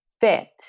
fit